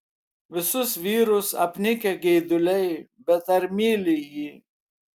visus vyrus apnikę geiduliai bet ar myli jį